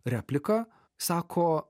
repliką sako